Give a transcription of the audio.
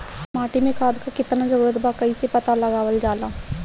माटी मे खाद के कितना जरूरत बा कइसे पता लगावल जाला?